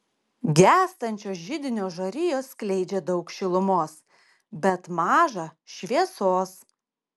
gęstančios židinio žarijos skleidžia daug šilumos bet maža šviesos